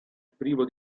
privo